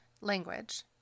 language